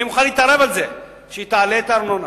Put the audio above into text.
אני מוכן להתערב שהיא תעלה את הארנונה.